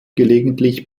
gelegentlich